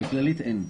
בכללית אין.